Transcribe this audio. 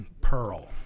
Pearl